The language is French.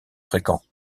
fréquents